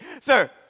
sir